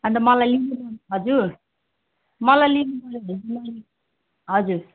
अन्त मलाई लिनु हजुर मलाई लिनुपऱ्यो भने चाहिँ हजुर